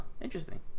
interesting